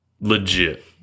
legit